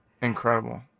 incredible